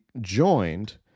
joined